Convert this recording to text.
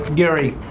gary,